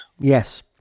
Yes